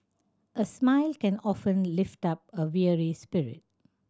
a smile can often lift up a weary spirit